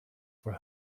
for